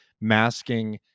masking